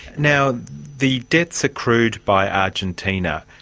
now, the debts accrued by argentina,